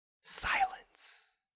silence